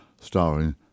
starring